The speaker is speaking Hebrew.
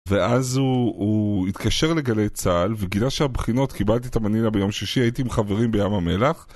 ואז הוא התקשר לגלי צה״ל וגילה שהבחינות, קיבלתי את המנהילה ביום שישי, הייתי עם חברים בים המלח.